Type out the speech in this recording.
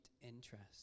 interest